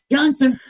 Johnson